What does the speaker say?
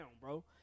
bro